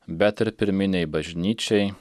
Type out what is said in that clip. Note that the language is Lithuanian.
bet ir pirminei bažnyčiai